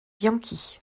bianchi